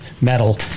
metal